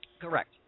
Correct